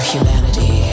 humanity